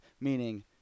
meaning